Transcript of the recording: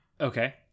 Okay